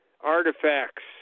artifacts